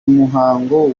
muhango